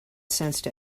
sensed